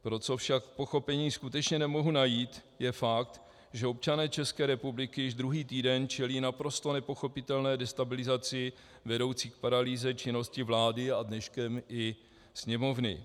Pro co však pochopení skutečně nemohu najít, je fakt, že občané ČR již druhý týden čelí naprosto nepochopitelné destabilizaci vedoucí k paralýze činnosti vlády a dneškem i Sněmovny.